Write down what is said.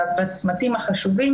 בצמתים החשובים,